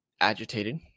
agitated